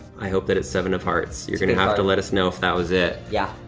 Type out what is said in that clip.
i hope that it's seven of hearts. you're gonna have to let us know if that was it. yeah.